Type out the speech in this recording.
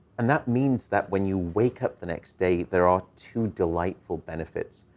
and that means that when you wake up the next day, there are two delightful benefits.